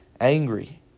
angry